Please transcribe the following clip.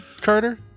Carter